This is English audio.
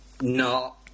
No